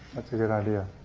that's a good idea.